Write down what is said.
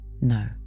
no